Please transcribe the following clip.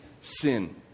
sin